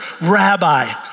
rabbi